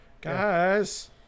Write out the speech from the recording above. guys